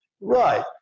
Right